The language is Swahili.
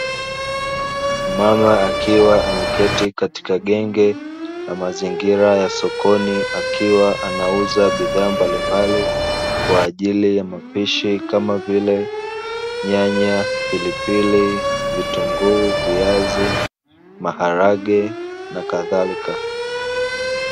Mama akiwa ameketi katika genge la mazingira ya sokoni akiwa anauza bidhaa mbalimbali kwa ajili ya mapishi kama vile; nyanya, pilipili, vitunguu, viazi, maharage na kadhalika.